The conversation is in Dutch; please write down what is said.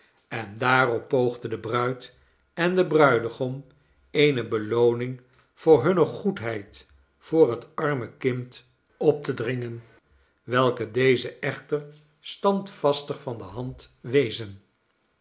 en daarop poogde de bruid en den bruidegom eene belooning voor hunne goedheid voor het arme kind op te dringen welke deze echter standvastig van de hand wezen